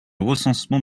recensement